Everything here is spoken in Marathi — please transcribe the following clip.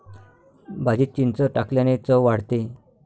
भाजीत चिंच टाकल्याने चव वाढते